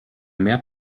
mehr